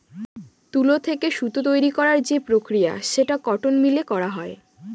তুলা থেকে সুতা তৈরী করার যে প্রক্রিয়া সেটা কটন মিলে করা হয়